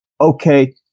okay